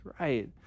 right